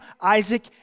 Isaac